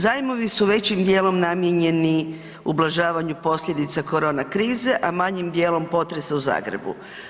Zajmovi su većim dijelom namijenjeni ublažavanju posljedica korona krize, a manjim dijelom potresa u Zagrebu.